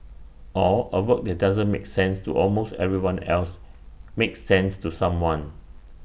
or A work that doesn't make sense to almost everyone else makes sense to someone